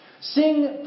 Sing